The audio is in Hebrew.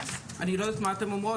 אני לא יודעת מה אתן אומרות,